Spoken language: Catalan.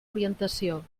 orientació